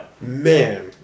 Man